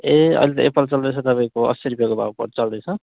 ए अहिले त एप्पल चल्दैछ तपाईँको असी रुपियाँ को भाउ पर् चल्दैछ